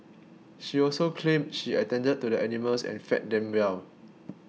she also claimed she attended to the animals and fed them well